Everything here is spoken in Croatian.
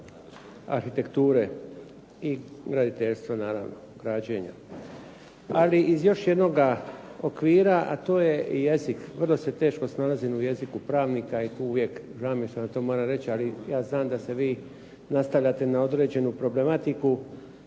arhitekture i graditeljstva, naravno, građenja. Ali iz još jednoga okvira, a to je i jezik. Vrlo se teško snalazim u jeziku pravnika i tu uvijek, žao mi je što vam to moram reći, ali ja znam da se vi nastavljate na određenu problematiku